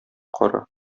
кара